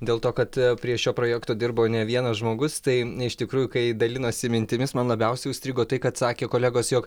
dėl to kad prie šio projekto dirbo ne vienas žmogus tai iš tikrųjų kai dalinosi mintimis man labiausiai užstrigo tai kad sakė kolegos jog